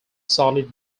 solid